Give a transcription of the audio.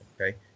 okay